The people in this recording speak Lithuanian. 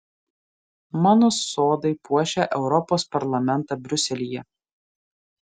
mano sodai puošia europos parlamentą briuselyje